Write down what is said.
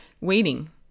waiting